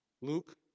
Luke